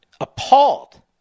appalled